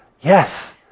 Yes